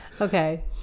okay